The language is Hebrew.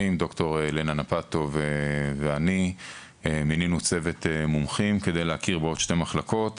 ד"ר לנה נטפוב ואני צוות מומחים כדי להכיר בעוד שתי מחלקות